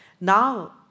Now